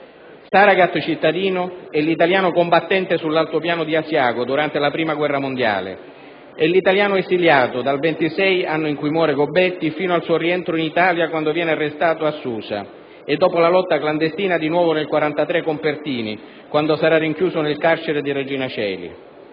Saragat cittadino è l'italiano combattente sull'altopiano di Asiago durante la Prima guerra mondiale; è l'italiano esiliato dal 1926, anno in cui muore Gobetti, fino al suo rientro in Italia quando viene arrestato a Susa e, dopo la lotta clandestina, di nuovo nel 1943 con Pertini, quando sarà rinchiuso nel carcere di Regina Coeli;